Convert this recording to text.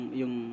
yung